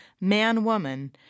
Man-Woman